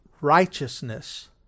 righteousness